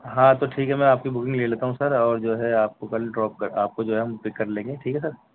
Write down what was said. ہاں تو ٹھیک ہے میں آپ کی بکنگ لے لیتا ہوں سر اور جو ہے آپ کو کل ڈراپ کر آپ کو جو ہے ہم پک کر لیں گے ٹھیک ہے سر